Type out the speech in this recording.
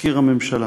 מזכיר הממשלה.